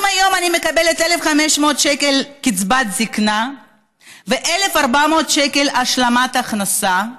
אם היום אני מקבלת 1,500 שקל קצבת זקנה ו-1,400 שקל השלמת הכנסה,